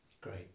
Great